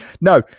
No